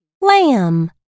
Lamb